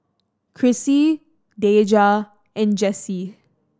Crissie Deja and Jesse